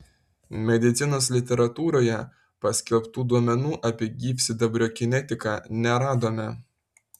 medicinos literatūroje paskelbtų duomenų apie gyvsidabrio kinetiką neradome